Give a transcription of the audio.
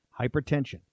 Hypertension